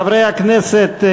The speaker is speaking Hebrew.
חברי הכנסת,